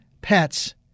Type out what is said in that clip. pets